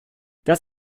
das